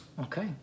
Okay